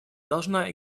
должна